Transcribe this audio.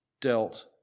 dealt